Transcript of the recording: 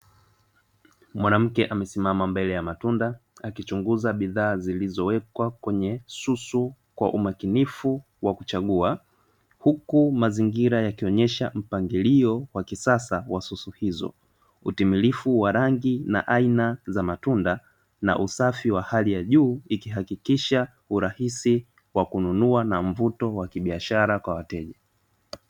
Mwanamke amesimama mbele ya matunda akichunguza bidhaa zilizowekwa kwenye susu kwa umakinifu wa kuchagua, huku mazingira yakionyesha mpangilio wa kisasa wa susu hizo utimilifu wa rangi na aina za matunda na usafi wa hali ya juu, ikihakikisha urahisi wa kununua na mvuto wa kibiashara kwa wateja.